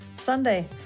sunday